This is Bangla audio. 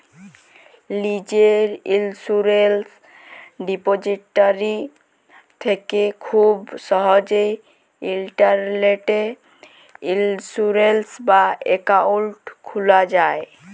লীজের ইলসুরেলস ডিপজিটারি থ্যাকে খুব সহজেই ইলটারলেটে ইলসুরেলস বা একাউল্ট খুলা যায়